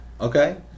Okay